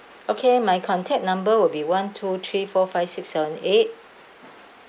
okay my contact number will be one two three four five six seven eight